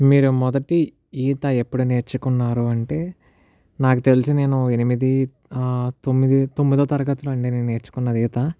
మీరు మొదటి ఈత ఎప్పుడు నేర్చుకున్నారు అంటే నాకు తెలిసి నేను ఎనిమిది తొమ్మిది తొమ్మిదో తరగతిలో అండీ నేను నేర్చుకున్నది ఈత